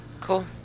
Cool